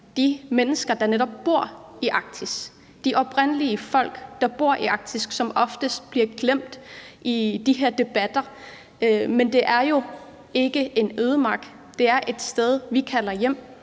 de mennesker, der netop bor i Arktis, altså de oprindelige folk, der bor i Arktis, som oftest bliver glemt i de her debatter. For det er jo ikke en ødemark. Det er et sted, vi kalder hjem,